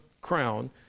crown